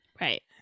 Right